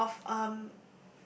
full of um